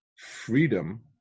freedom